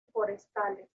forestales